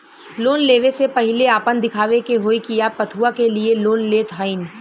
Loan ले वे से पहिले आपन दिखावे के होई कि आप कथुआ के लिए लोन लेत हईन?